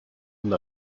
and